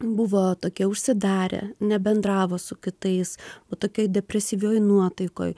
buvo tokie užsidarę nebendravo su kitais o tokioj depresyvioj nuotaikoj